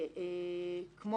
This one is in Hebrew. כמו